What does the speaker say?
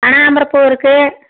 கனகாம்பரம் பூ இருக்குது